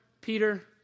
Peter